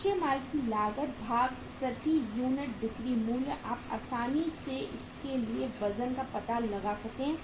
कच्चे माल की लागत भाग प्रति यूनिट बिक्री मूल्य आप आसानी से इसके लिए वजन का पता लगा सकें